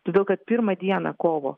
todėl kad pirmą dieną kovo